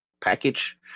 package